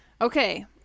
okay